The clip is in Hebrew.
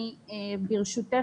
ברשותך,